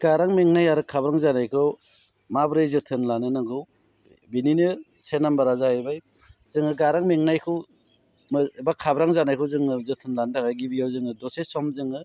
गारां मेंनाय आरो खाब्रां जानायखौ माबोरै जोथोन लानो नांगौ बेनिनो से नाम्बारा जाहैबाय जोङो गारां मेंनायखौ एबा खाब्रां जानायखौ जोङो जोथोन लानो थाखाय गिबियाव जोङो दसे सम जोङो